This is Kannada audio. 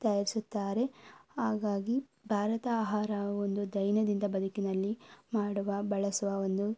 ತಯಾರಿಸುತ್ತಾರೆ ಹಾಗಾಗಿ ಭಾರತ ಆಹಾರವು ಒಂದು ದೈನಂದಿನ ಬದುಕಿನಲ್ಲಿ ಮಾಡುವ ಬಳಸುವ ಒಂದು